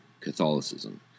Catholicism